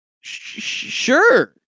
Sure